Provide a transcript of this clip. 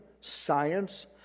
science